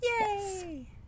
Yay